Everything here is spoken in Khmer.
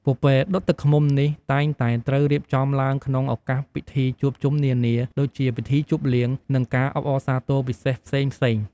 ពពែដុតទឹកឃ្មុំនេះ តែងតែត្រូវរៀបចំឡើងក្នុងឱកាសពិធីជួបជុំនានា ដូចជាពិធីជប់លៀង និងការអបអរសាទរពិសេសផ្សេងៗ។